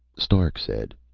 stark said,